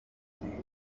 replied